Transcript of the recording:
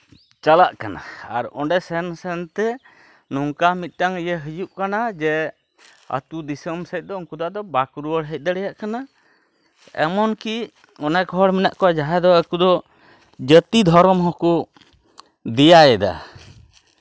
ᱪᱟᱞᱟᱜ ᱠᱟᱱᱟ ᱟᱨ ᱚᱸᱰᱮ ᱥᱮᱱ ᱥᱮᱱᱛᱮ ᱱᱚᱝᱠᱟ ᱢᱤᱫᱴᱟᱱ ᱤᱭᱟᱹ ᱦᱩᱭᱩᱜ ᱠᱟᱱᱟ ᱡᱮ ᱟᱹᱛᱩ ᱫᱤᱥᱚᱢ ᱥᱮᱜ ᱫᱚ ᱩᱱᱠᱩ ᱫᱚ ᱟᱫᱚ ᱵᱟᱠᱚ ᱨᱩᱣᱟᱹᱲ ᱦᱮᱡ ᱫᱟᱲᱮᱭᱟᱜ ᱠᱟᱱᱟ ᱮᱢᱱᱚᱠᱤ ᱚᱱᱮᱠ ᱦᱚᱲ ᱢᱮᱱᱟᱜ ᱠᱚᱣᱟ ᱡᱟᱦᱟᱸᱭ ᱫᱚ ᱟᱠᱚᱫᱚ ᱡᱟᱹᱛᱤ ᱫᱷᱚᱨᱚᱢ ᱦᱚᱸᱠᱚ ᱫᱮᱭᱟᱭᱮᱫᱟ